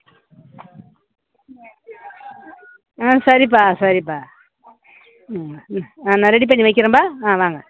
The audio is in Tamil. ஆ சரிப்பா சரிப்பா ம் ம் ஆ நான் ரெடி பண்ணி வைக்கிறேன்ப்பா ஆ வாங்க